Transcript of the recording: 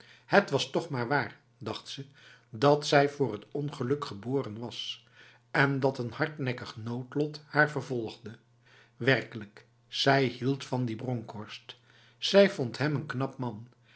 het was toch maar waar dacht ze dat zij voor het ongeluk geboren was en dat een hardnekkig noodlot haar vervolgde werkelijk zij hield van die bronkhorst zij vond hem een knap man